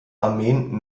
armeen